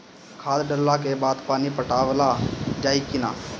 खाद डलला के बाद पानी पाटावाल जाई कि न?